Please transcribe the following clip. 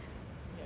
get what I mean